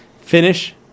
finish